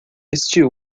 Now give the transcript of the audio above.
este